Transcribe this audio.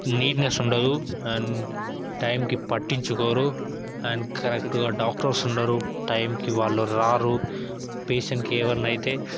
neatness ఉండదు and టైంకి పట్టించుకోరు అండ్ కరెక్ట్గా డాక్టర్స్ ఉండరు టైంకి వాళ్ళు రారు పేషెంట్కి ఏమన్నా అయితే